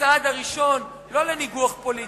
הצעד הראשון לא לניגוח פוליטי,